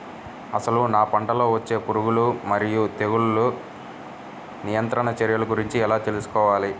అసలు నా పంటలో వచ్చే పురుగులు మరియు తెగులుల నియంత్రణ చర్యల గురించి ఎలా తెలుసుకోవాలి?